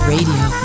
Radio